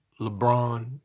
LeBron